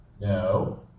no